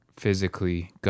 physically